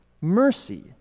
mercy